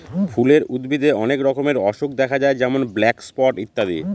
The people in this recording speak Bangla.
ফুলের উদ্ভিদে অনেক রকমের অসুখ দেখা যায় যেমন ব্ল্যাক স্পট ইত্যাদি